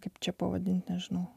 kaip čia pavadinti nežinau